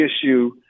issue